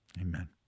Amen